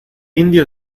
indio